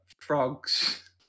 frogs